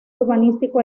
urbanístico